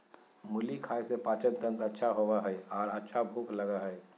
मुली खाय से पाचनतंत्र अच्छा होबय हइ आर अच्छा भूख लगय हइ